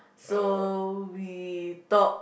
so we talk